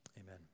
Amen